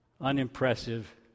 unimpressive